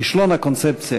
כישלון הקונספציה.